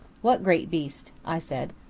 what great beast? i said.